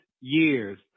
years